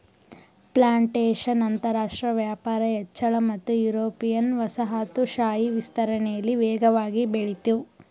plantation ಅಂತರಾಷ್ಟ್ರ ವ್ಯಾಪಾರ ಹೆಚ್ಚಳ ಮತ್ತು ಯುರೋಪಿಯನ್ ವಸಾಹತುಶಾಹಿ ವಿಸ್ತರಣೆಲಿ ವೇಗವಾಗಿ ಬೆಳಿತು